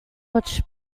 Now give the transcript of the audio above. watch